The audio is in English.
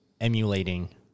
emulating